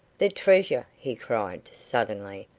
the treasure, he cried, suddenly.